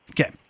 Okay